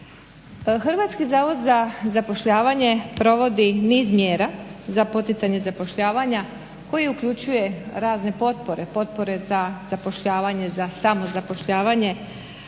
Hrvatski zavod za zapošljavanje provodi niz mjera za poticanje zapošljavanja koji uključuje razne potpore, potpore za zapošljavanje, za samozapošljavanje,